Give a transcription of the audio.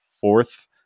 fourth